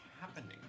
happening